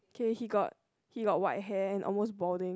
okay he got he got white hair and almost balding